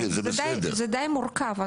זה די מורכב.